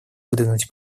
выдвинуть